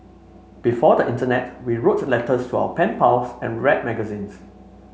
before the internet we wrote letters to our pen pals and read magazines